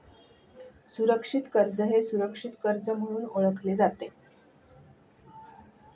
सुरक्षित कर्ज हे सुरक्षित कर्ज म्हणून ओळखले जाते